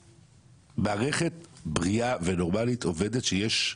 מערכת בריאה ונורמלית עובדת שיש